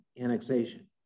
annexation